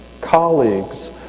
colleagues